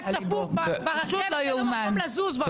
נוסע צפוף ברכבות, אין מקום לזוז שם.